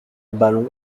ballons